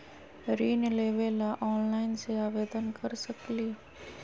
ऋण लेवे ला ऑनलाइन से आवेदन कर सकली?